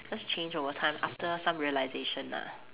just change over time after some realisation lah